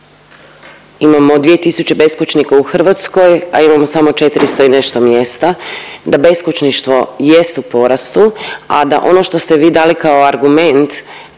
imamo 2000 beskućnika u Hrvatskoj a imamo samo 400 i nešto mjesta. Da beskućništvo jest u porastu, a da ono što ste vi dali kao argument